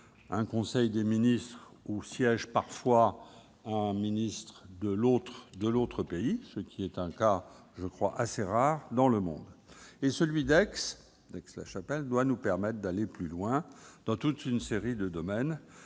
un conseil des ministres où siège parfois un ministre de l'autre pays, ce qui est une situation assez rare dans le monde. Le traité d'Aix-la-Chapelle doit nous permettre d'aller plus loin dans toute une série de domaines,